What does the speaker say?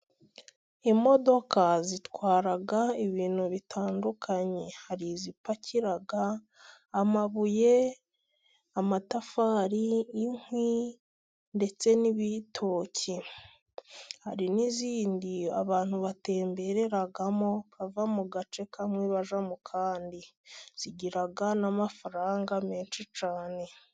Imodoka zitwara ibintu bitandukanye. Hari izipakira amabuye, amatafari, inkwi ndetse n'ibitoki. Hari n'izindi abantu batembereramo bava mu gace kamwe bajya mu kandi. Zigira n'amafaranga menshi cyane.